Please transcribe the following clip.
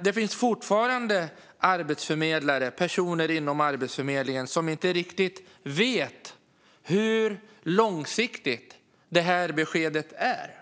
Det finns fortfarande personer på Arbetsförmedlingen som inte riktigt vet hur långsiktigt regeringens besked är.